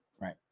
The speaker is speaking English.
right